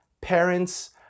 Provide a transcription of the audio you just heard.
parents